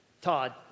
Todd